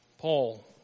Paul